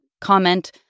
comment